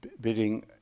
bidding